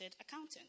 accountant